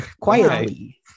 quietly